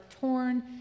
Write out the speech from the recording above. torn